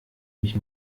mich